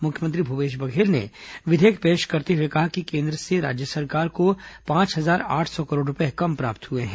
मुख्यमंत्री भूपेश बघेल ने विधेयक पेश करते हुए कहा कि केन्द्र से राज्य सरकार को पांच हजार आठ सौ करोड़ रूपये कम प्राप्त हुए हैं